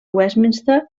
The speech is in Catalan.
westminster